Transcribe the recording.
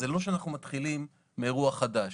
זה לא שאנחנו מתחילים מאירוע חדש.